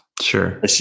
Sure